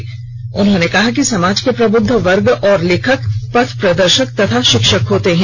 श्री मोदी ने कहा कि समाज के प्रबुद्ध वर्ग और लेखक पथ प्रदर्शक और शिक्षक होते हैं